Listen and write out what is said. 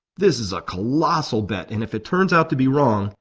this is a colossal bet and if it turns out to be wrong,